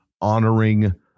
honoring